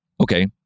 Okay